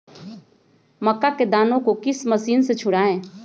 मक्का के दानो को किस मशीन से छुड़ाए?